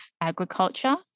agriculture